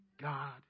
God